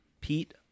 Pete